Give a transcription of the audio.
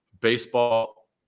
baseball